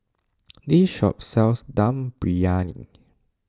this shop sells Dum Briyani